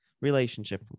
relationship